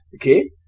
Okay